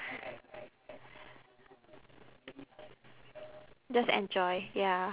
just enjoy ya